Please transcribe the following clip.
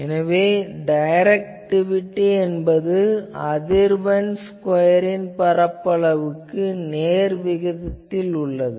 எனவே டைரக்டிவிட்டி என்பது அதிர்வெண் ஸ்கொயரின் பரப்பளவுக்கு நேர்விகிதத்தில் உள்ளது